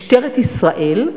משטרת ישראל,